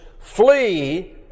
flee